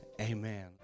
amen